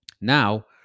Now